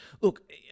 look